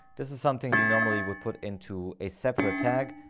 this is something you normally would put into a separate tag.